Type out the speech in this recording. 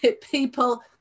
people